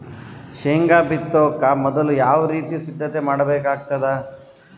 ಶೇಂಗಾ ಬಿತ್ತೊಕ ಮೊದಲು ಯಾವ ರೀತಿ ಸಿದ್ಧತೆ ಮಾಡ್ಬೇಕಾಗತದ?